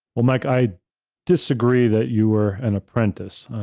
well, mike, i disagree that you were an apprentice.